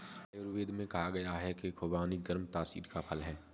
आयुर्वेद में कहा गया है कि खुबानी गर्म तासीर का फल है